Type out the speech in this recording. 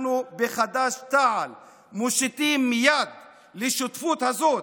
אנחנו בחד"ש-תע"ל מושיטים יד לשותפות הזאת.